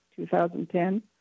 2010